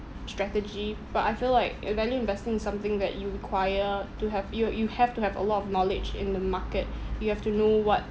strategy but I feel like uh value investing is something that it require to have you you have to have a lot of knowledge in the market you have to know what